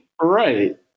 Right